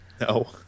No